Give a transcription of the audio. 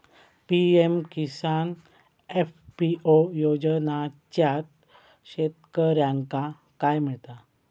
PM Kisan F P O योजनाच्यात शेतकऱ्यांका काय मिळता?